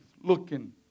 looking